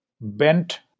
bent